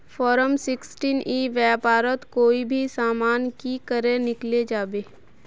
Form sixteen ई व्यापारोत कोई भी सामान की करे किनले जाबे?